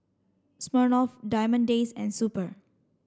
Smirnoff Diamond Days and Super